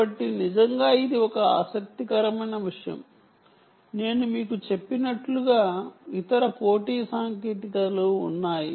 కాబట్టి నిజంగా ఇది ఒక ఆసక్తికరమైన విషయం నేను మీకు చెప్పినట్లుగా ఇతర పోటీ సాంకేతికతలు ఉన్నాయి